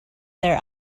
their